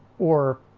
or